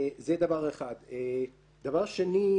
דבר שני,